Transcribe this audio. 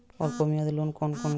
অল্প মেয়াদি লোন কোন কোনগুলি?